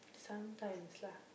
sometimes lah